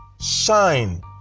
shine